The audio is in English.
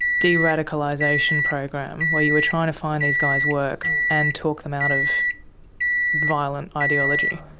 de-radicalisation program where you were trying to find these guys work and talk them out of violent ideology.